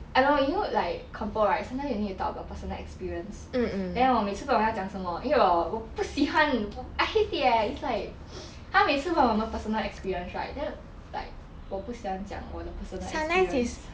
I know you know like compo right sometimes you need to talk about personal experience then 我每次不懂要讲什么因为我不喜欢 I hate it eh 他每次问我们 personal experience right then like 我不喜欢讲我的 personal experience